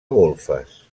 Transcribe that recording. golfes